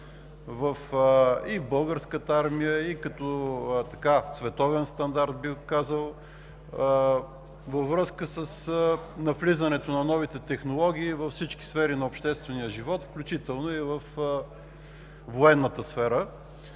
в Българската армия, и като световен стандарт, бих казал, във връзка с навлизането на новите технологии във всички сфери на обществения живот, включително и във военната сфера.